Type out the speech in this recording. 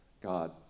God